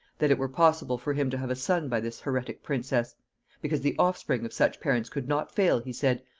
that it were possible for him to have a son by this heretic princess because the offspring of such parents could not fail, he said,